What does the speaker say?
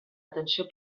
atenció